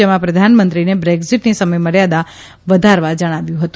જેમાં પ્રધાનમંત્રીને બ્રેકઝીટની સમયમર્યાદા વધારવા જણાવ્યું હતું